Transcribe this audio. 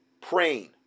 Praying